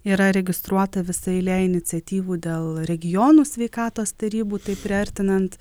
yra registruota visa eilė iniciatyvų dėl regionų sveikatos tarybų taip priartinant